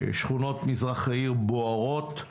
שכונות מזרח העיר בוערות,